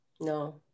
No